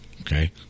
Okay